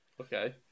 okay